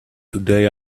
today